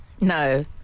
No